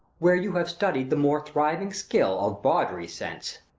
where you have studied the more thriving skill of bawdry since.